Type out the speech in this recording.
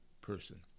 person